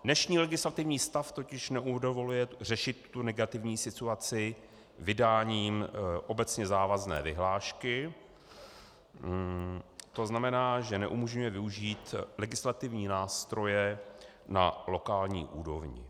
Dnešní legislativní stav totiž nedovoluje řešit tuto negativní situaci vydáním obecně závazné vyhlášky, to znamená, že neumožňuje využít legislativní nástroje na lokální úrovni.